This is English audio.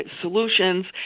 solutions